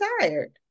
tired